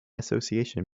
association